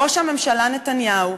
ראש הממשלה נתניהו,